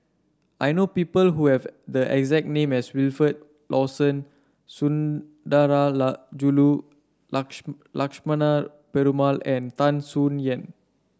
I know people who have the exact name as Wilfed Lawson Sundarajulu Lakshmana Perumal and Tan Soo Nan